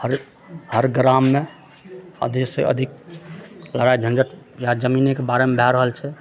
हरेक हर ग्राममे अधिकसँ अधिक झगड़ा झञ्झट वएह जमीनेके बारेमे भए रहल छै